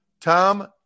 Tom